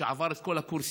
שעבר את כל הקורסים,